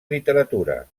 literatura